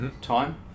time